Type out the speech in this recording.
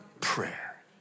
prayer